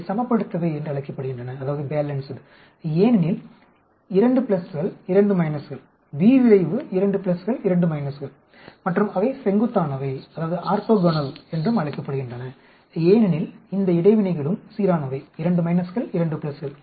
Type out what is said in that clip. அவை சமப்படுத்தப்பட்டவை என்று அழைக்கப்படுகின்றன ஏனெனில் 2 s 2 s B விளைவு 2 s 2 s மற்றும் அவை செங்குத்தானவை என்றும் அழைக்கப்படுகின்றன ஏனெனில் இந்த இடைவினைகளும் சீரானவை 2 மைனஸ்கள் 2 பிளஸ்கள்